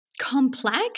complex